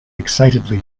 excitedly